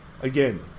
Again